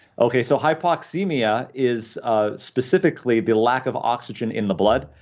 okay, so hypoxemia is ah specifically the lack of oxygen in the blood.